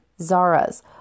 Zara's